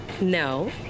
no